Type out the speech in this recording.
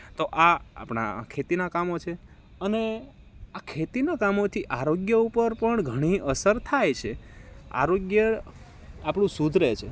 તો આ આપણાં ખેતીનાં કામો છે અને આ ખેતીનાં કામોથી આરોગ્ય ઉપર પણ ઘણી અસર થાય સે આરોગ્ય આપડું સુધરે છે